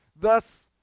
Thus